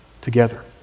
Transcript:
together